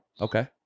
Okay